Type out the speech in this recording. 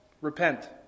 repent